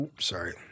Sorry